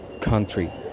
country